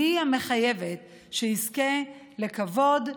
היא המחייבת שיזכה לכבוד,